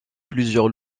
plusieurs